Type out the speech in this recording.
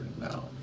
now